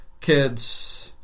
kids